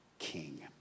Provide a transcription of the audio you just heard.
king